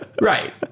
Right